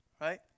right